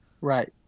Right